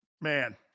Man